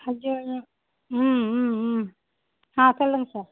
அய்யயோ ம் ம் ம் ஆ சொல்லுங்கள் சார்